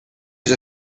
use